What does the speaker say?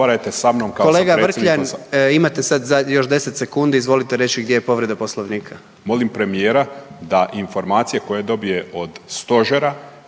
Kolega Vrkljan, imate sad još 10 sekundi, izvolite reći gdje je povreda Poslovnika?